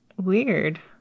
Weird